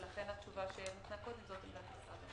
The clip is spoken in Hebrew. ולכן התשובה שניתנה קודם זו אותה התשובה.